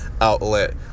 outlet